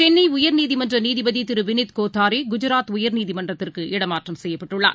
சென்னைஉயர்நீதிமன்றநீதிபதிதிருவினித் கோத்தாரிகுஜராத் உயர்நீதிமன்றத்திற்கு இடமாற்றம் செய்யப்பட்டுள்ளார்